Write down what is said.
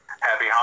Happy